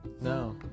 no